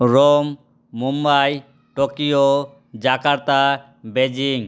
Rome Mumbai Tokyo Jakarta Beijing